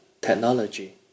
technology